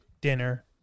dinner